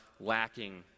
lacking